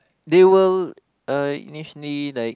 they will uh initially like